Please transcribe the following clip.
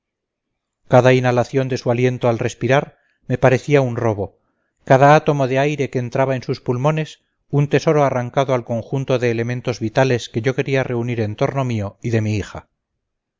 cada inhalación de su aliento al respirar me parecía un robo cada átomo de aire que entraba en sus pulmones un tesoro arrancado al conjunto de elementos vitales que yo quería reunir en torno mío y de mi hija